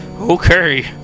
Okay